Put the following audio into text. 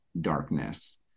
darkness